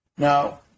Now